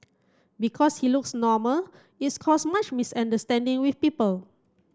because he looks normal it's caused much misunderstanding with people